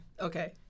Okay